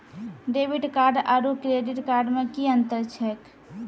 Debit card आरू credit card मे कि अन्तर छैक?